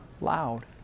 loud